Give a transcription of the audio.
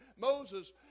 Moses